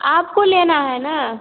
आपको लेना हैं ना